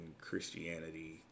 Christianity